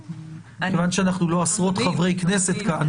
מכיוון שאנחנו לא עשרות חברי כנסת כאן,